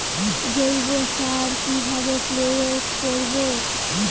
জৈব সার কি ভাবে প্রয়োগ করব?